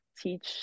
teach